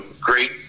great